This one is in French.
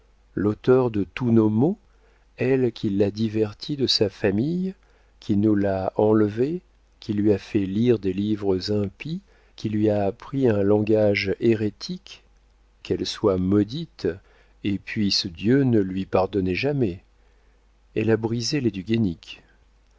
l'auteur de tous nos maux elle qui l'a diverti de sa famille qui nous l'a enlevé qui lui a fait lire des livres impies qui lui a appris un langage hérétique qu'elle soit maudite et puisse dieu ne lui pardonner jamais elle a brisé